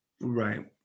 Right